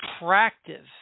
attractive